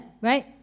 right